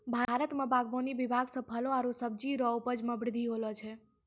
भारत मे बागवानी विभाग से फलो आरु सब्जी रो उपज मे बृद्धि होलो छै